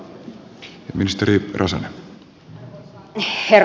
arvoisa herra puhemies